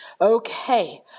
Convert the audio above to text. Okay